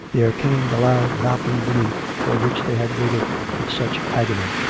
there came the loud knocking beneath, for which they had waited with such agony.